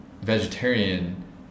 vegetarian